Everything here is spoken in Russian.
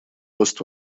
рост